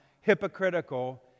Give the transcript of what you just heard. hypocritical